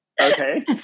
Okay